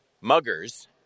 muggers